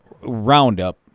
Roundup